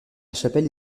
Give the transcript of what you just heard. chapelle